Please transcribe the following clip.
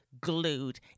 Glued